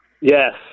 Yes